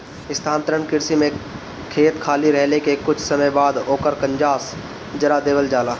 स्थानांतरण कृषि में खेत खाली रहले के कुछ समय बाद ओकर कंजास जरा देवल जाला